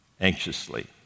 anxiously